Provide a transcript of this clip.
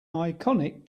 iconic